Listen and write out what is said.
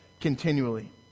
continually